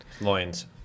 Loins